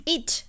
Eat，